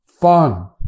fun